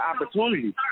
opportunities